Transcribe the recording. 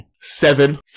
Seven